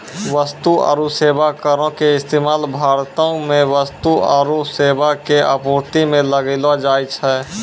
वस्तु आरु सेबा करो के इस्तेमाल भारतो मे वस्तु आरु सेबा के आपूर्ति पे लगैलो जाय छै